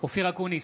אופיר אקוניס,